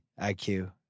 IQ